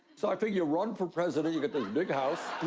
so i figure, run for president, you get this big house.